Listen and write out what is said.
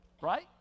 right